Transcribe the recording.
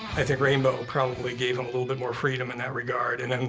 i think rainbow probably gave him a little bit more freedom in that regard, and then